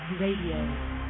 RADIO